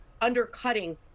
undercutting